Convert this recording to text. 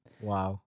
Wow